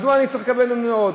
מדוע אני צריך לקבל מהם עוד?